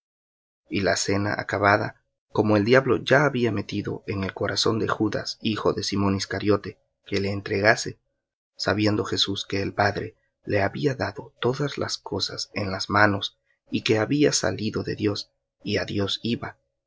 y la cena acabada como el diablo ya había metido en el corazón de judas de simón iscariote que le entregase sabiendo jesús que el padre le había dado todas las cosas en las manos y que había salido de dios y á dios iba